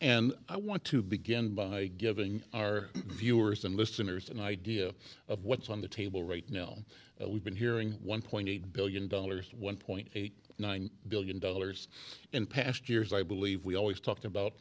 and i want to begin by giving our viewers and listeners an idea of what's on the table right now we've been hearing one point eight billion dollars one point eight nine billion dollars in past years i believe we always talked about